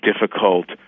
difficult